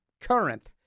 current